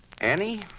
Annie